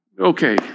Okay